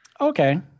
okay